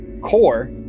core